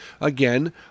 again